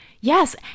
Yes